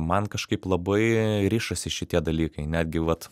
man kažkaip labai rišasi šitie dalykai netgi vat